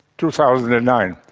two thousand and nine,